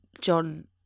John